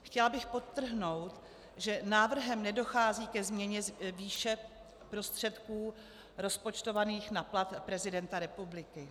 Chtěla bych podtrhnout, že návrhem nedochází ke změně výše prostředků rozpočtovaných na plat prezidenta republiky.